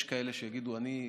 יש כאלה שיגידו: אני,